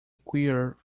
queer